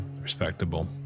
Respectable